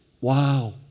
Wow